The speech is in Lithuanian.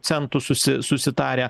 centų susi susitarę